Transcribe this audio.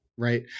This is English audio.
right